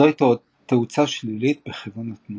זוהי תאוצה שלילית בכיוון התנועה.